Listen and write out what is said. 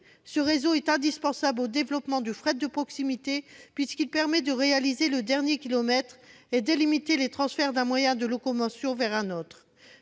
Ce réseau est indispensable au développement du fret de proximité, puisqu'il permet d'accomplir le dernier kilomètre et de limiter les transferts d'un moyen de locomotion à un autre.